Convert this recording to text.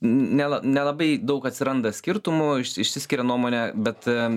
n nela nelabai daug atsiranda skirtumų iš išsiskiria nuomonė bet